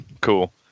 cool